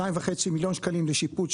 2.5 מיליון שקלים לשיפוץ,